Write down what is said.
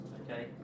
okay